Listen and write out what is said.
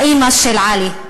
האימא של עלי,